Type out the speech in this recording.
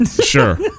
Sure